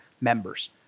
members